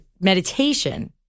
meditation